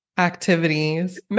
Activities